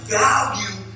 value